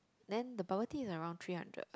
then the bubble tea is around three hundred